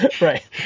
Right